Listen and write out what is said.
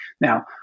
Now